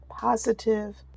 positive